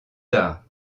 tard